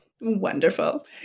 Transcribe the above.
Wonderful